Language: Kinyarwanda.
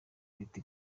leta